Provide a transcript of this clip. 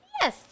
Yes